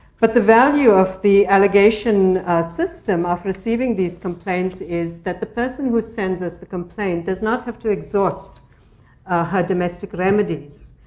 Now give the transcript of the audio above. but the value of the allegation system of receiving these complaints is that the person who sends us the complaint does not have to exhaust her domestic remedies,